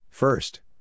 First